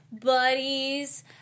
buddies